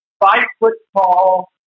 five-foot-tall